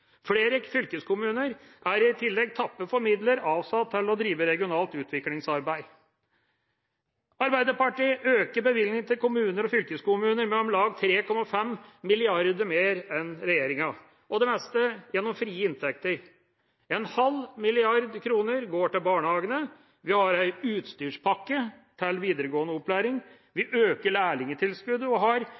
Flere fylkeskommuner er i tillegg tappet for midler avsatt til å drive regionalt utviklingsarbeid. Arbeiderpartiet øker bevilgninger til kommuner og fylkeskommuner med om lag 3,5 mrd. kr mer enn regjeringa, og det meste gjennom frie inntekter. En halv milliard kroner går til barnehagene, vi har en utstyrspakke til videregående opplæring, vi øker lærlingtilskuddet og har